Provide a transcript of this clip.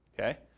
Okay